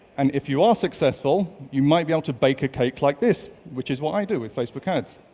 and if you are successful, you might be able to bake a cake like this, which is what i do with facebook ads